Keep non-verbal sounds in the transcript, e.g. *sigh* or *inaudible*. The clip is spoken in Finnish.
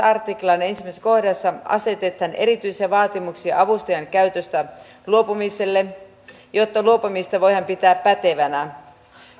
*unintelligible* artiklan ensimmäisessä kohdassa asetetaan erityisiä vaatimuksia avustajan käytöstä luopumiselle jotta luopumista voidaan pitää pätevänä